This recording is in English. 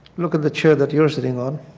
look at the chair that you are sitting on